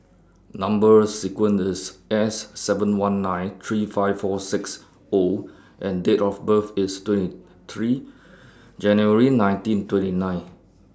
Number sequence IS S seven one nine three five four six O and Date of birth IS twenty three January nineteen twenty nine